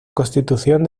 constitución